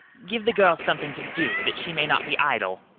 give the girl something to do, that she may not be idle.